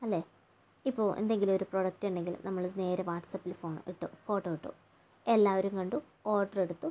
അല്ലേൽ ഇപ്പോൾ എന്തെങ്കിലുമൊരു പ്രോഡക്റ്റ് ഉണ്ടെങ്കിൽ നമ്മൾ നേരെ വാട്സ്ആപ്പിൽ ഇട്ട് ഫോട്ടോ ഇട്ട് എല്ലാവരും കണ്ടു ഓർഡറ് എടുത്തു